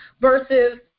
versus